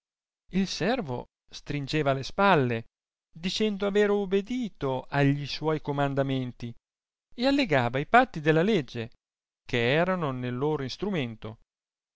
il servo stringeva le spalle dicendo aver ubedito a gli suoi comandamenti e allegava i patti della legge che eran nel loro instrumento